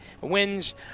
wins